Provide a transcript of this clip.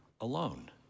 alone